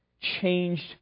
changed